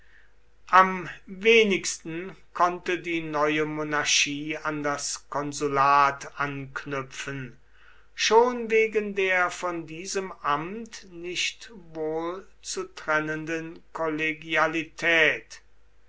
am wenigsten konnte die neue monarchie an das konsulat anknüpfen schon wegen der von diesem amt nicht wohl zu trennenden kollegialität